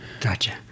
gotcha